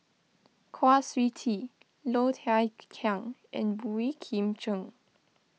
Kwa Siew Tee Low Thia Khiang and Boey Kim Cheng